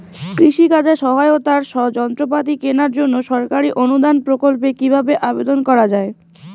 কৃষি কাজে সহায়তার যন্ত্রপাতি কেনার জন্য সরকারি অনুদান প্রকল্পে কীভাবে আবেদন করা য়ায়?